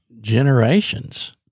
generations